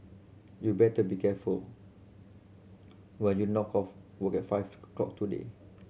you better be careful when you knock off work at five clock today